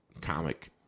comic